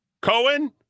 Cohen